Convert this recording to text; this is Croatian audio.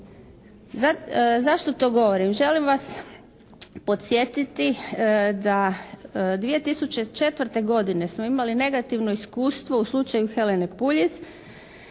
Zašto to govorim? Želim vas podsjetiti da 2004. godine smo imali negativno iskustvo u slučaju Helene Puljiz